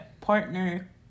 partner